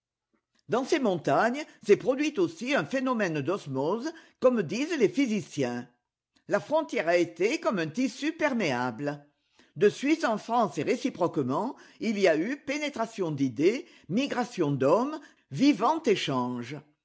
dans ces montagnes s'est produit aussi un phénomène d'osmose comme disent les physiciens la frontière a été comme un tissu perméable de suisse en france et réciproquement il y a eu pénétration d'idées migration d'hommes vivant échange